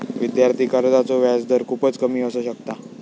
विद्यार्थी कर्जाचो व्याजदर खूपच कमी असू शकता